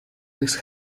his